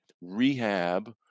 rehab